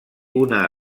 una